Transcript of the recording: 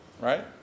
right